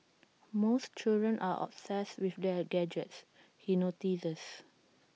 most children are obsessed with their gadgets he notices